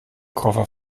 koffer